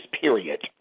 period